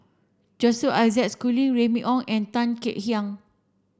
Joseph Isaac Schooling Remy Ong and Tan Kek Hiang